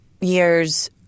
years